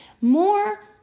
more